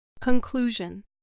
Conclusion